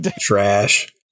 Trash